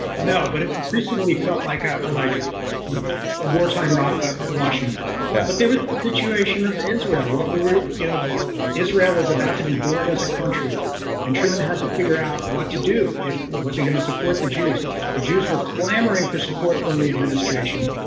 and yeah but it increasingly felt like a and like a wartime ah washington. yeah, but there was the situation of israel what we were you know israel was about to be born as a country and truman had to figure out what to do if was he going to support the jews the jews were clamoring for support from the administration?